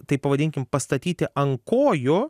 taip pavadinkim pastatyti ant kojų